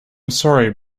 sorry